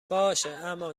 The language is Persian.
باشه، اما